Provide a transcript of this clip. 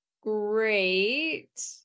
great